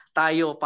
tayo